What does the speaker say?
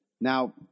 Now